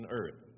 earth